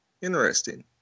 Interesting